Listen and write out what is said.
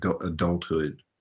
adulthood